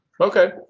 Okay